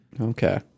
okay